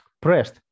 pressed